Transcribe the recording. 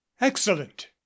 excellent